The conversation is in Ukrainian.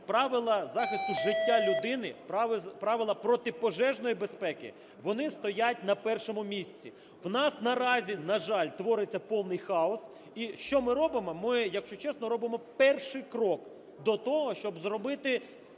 правила захисту життя людини, правила протипожежної безпеки, вони стоять на першому місці. В нас наразі, на жаль, твориться повний хаос. І що ми робимо? Ми, якщо чесно, робимо перший крок до того, щоб зробити